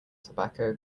tobacco